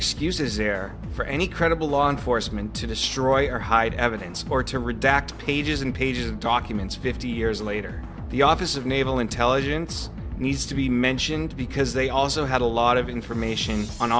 excuse is there for any credible law enforcement to destroy or hide evidence or to redact pages and pages of documents fifty years later the office of naval intelligence needs to be mentioned because they also had a lot of information on